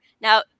Now